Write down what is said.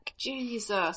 Jesus